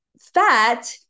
fat